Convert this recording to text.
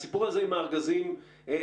הסיפור הזה עם הארגזים נמשך.